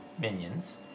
minions